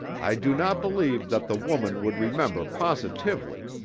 i do not believe that the woman would remember positively,